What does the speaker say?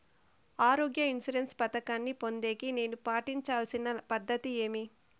ఆరోగ్య ఇన్సూరెన్సు పథకాన్ని పొందేకి నేను పాటించాల్సిన పద్ధతి ఏమి?